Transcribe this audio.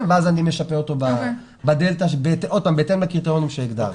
ואז אני משפה אותו בהתאם לקריטריונים שהגדרנו.